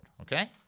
Okay